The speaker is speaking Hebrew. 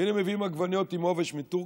והינה, מביאים עגבניות עם עובש מטורקיה,